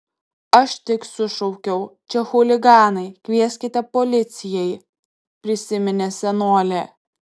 aš tik sušaukiau čia chuliganai kvieskite policijai prisiminė senolė